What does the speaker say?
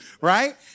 right